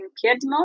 Piedmont